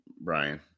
Brian